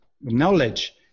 knowledge